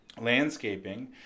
landscaping